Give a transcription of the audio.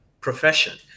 profession